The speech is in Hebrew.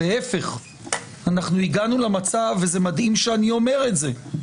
להפך, הגענו למצב, וזה מדהים שאני אומר את זה,